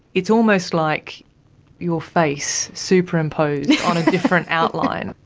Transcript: it's almost like your face superimposed on a different outline.